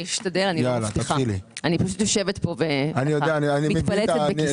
אני יושבת פה ומתפלצת בכיסאי.